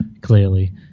clearly